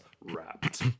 wrapped